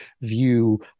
view